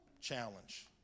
challenge